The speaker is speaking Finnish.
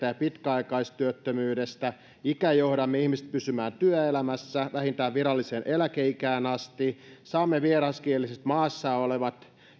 ja pitkäaikaistyöttömyydestä ikäjohdamme ihmiset pysymään työelämässä vähintään viralliseen eläkeikään asti saamme vieraskieliset jo maassa olevat